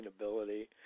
sustainability